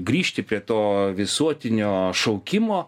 grįžti prie to visuotinio šaukimo